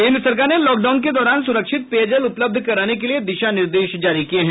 केंद्र सरकार ने लॉकडाउन के दौरान सुरक्षित पेयजल उपलब्ध कराने के लिए दिशा निर्देश जारी किए हैं